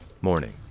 Morning